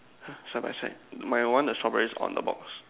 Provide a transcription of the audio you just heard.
!huh! side by side my one the strawberries on the box